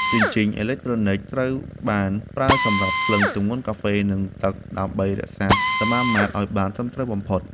ជញ្ជីងអេឡិចត្រូនិកត្រូវបានប្រើសម្រាប់ថ្លឹងទម្ងន់កាហ្វេ និងទឹក ដើម្បីរក្សាសមាមាត្រឱ្យបានត្រឹមត្រូវបំផុត។